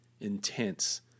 intense